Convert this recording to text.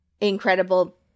Incredible